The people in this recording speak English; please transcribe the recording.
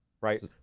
Right